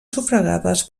sufragades